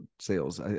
sales